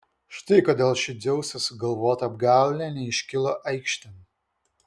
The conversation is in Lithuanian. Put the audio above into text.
štai kodėl ši dzeuso sugalvota apgaulė neiškilo aikštėn